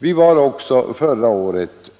Vi var förra året också